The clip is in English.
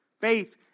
Faith